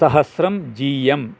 सहस्रं G M